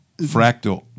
Fractal